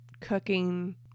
cooking